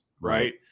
right